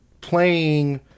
playing